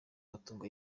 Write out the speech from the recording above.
matungo